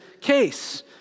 case